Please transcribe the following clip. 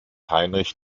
heinrich